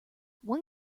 one